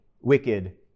wicked